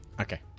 Okay